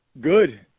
good